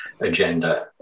agenda